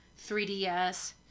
3DS